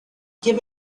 give